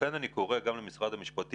לכן אני קורא גם למשרד המשפטים,